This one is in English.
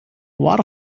what